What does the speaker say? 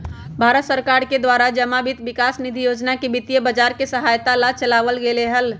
भारत सरकार के द्वारा जमा वित्त विकास निधि योजना वित्तीय बाजार के सहायता ला चलावल गयले हल